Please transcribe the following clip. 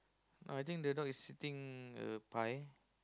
oh I think the dog is sitting a pie